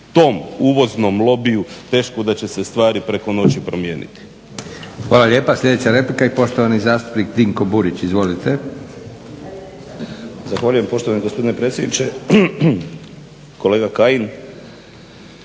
tom uvoznom lobiju teško da će stvari preko noći promijeniti.